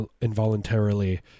involuntarily